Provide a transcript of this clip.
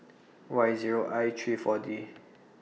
Y Zero I three four D